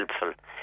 helpful